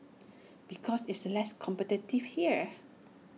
because it's less competitive here